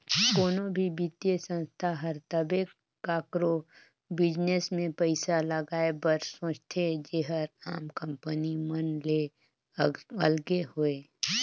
कोनो भी बित्तीय संस्था हर तबे काकरो बिजनेस में पइसा लगाए बर सोंचथे जेहर आम कंपनी मन ले अलगे होए